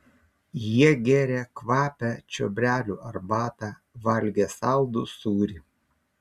jie gėrė kvapią čiobrelių arbatą valgė saldų sūrį